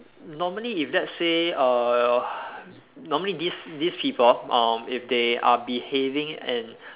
normally if let's say uh normally these these people um if they are behaving and